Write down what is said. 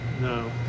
No